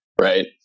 right